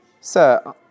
Sir